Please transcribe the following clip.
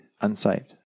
unsaved